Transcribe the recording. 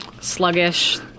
sluggish